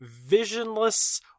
visionless